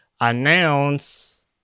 announce